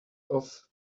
off